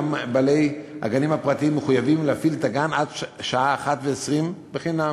גם בעלי הגנים הפרטיים מחויבים להפעיל את הגן עד השעה 13:20 חינם,